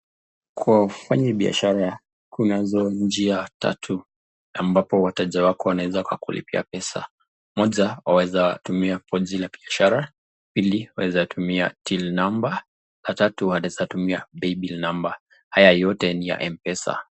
Kwa wafanyabiashara kunazo njia tatu ambapo wateja wako wanaweza wakakulipia pesa. Moja waweza tumia pochi la biashara, pili waweza tumia till number , tatu waweza tumia paybill number . Haya yote ni ya M-Pesa.